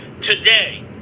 Today